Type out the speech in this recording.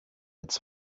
its